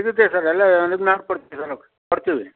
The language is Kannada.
ಇರುತ್ತೆ ಸರ್ ಎಲ್ಲ ಇದು ಮಾಡ್ಕೊಡ್ತೀವಿ ಕೊಡ್ತೀವಿ